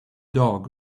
dog